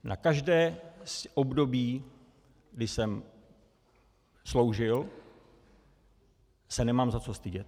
Na každé z období, kdy jsem sloužil, se nemám za co stydět.